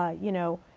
ah you know,